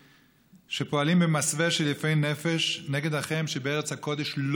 שפועלים במסווה של יפי נפש נגד אחיהם שבארץ הקודש,